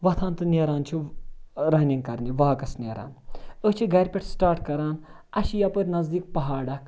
وۄتھان تہٕ نیران چھِ رَنِنٛگ کَرنہِ واکَس نیران أسۍ چھِ گَرِ پٮ۪ٹھ سٕٹاٹ کَران اَسہِ چھِ یَپٲرۍ نزدیٖک پہاڑ اَکھ